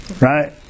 right